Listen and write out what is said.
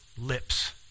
lips